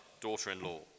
daughter-in-law